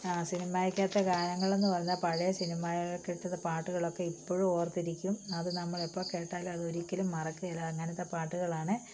സിനിമയ്ക്കകത്തെ ഗാനങ്ങളെന്നു പറഞ്ഞാൽ പഴയ സിനിമ പാട്ടുകളൊക്കെ ഇപ്പോഴും ഓർത്തിരിക്കും അതു നമ്മളെപ്പോൾ കേട്ടാലും അത് ഒരിക്കലും മറക്കില്ല അങ്ങനത്തെ പാട്ടുകളാണ്